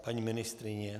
Paní ministryně?